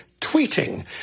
tweeting